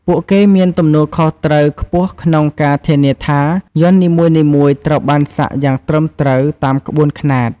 ពួកគេមានទំនួលខុសត្រូវខ្ពស់ក្នុងការធានាថា យ័ន្តនីមួយៗត្រូវបានសាក់យ៉ាងត្រឹមត្រូវតាមក្បួនខ្នាត។